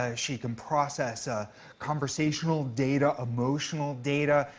ah she can process ah conversational data, emotional data,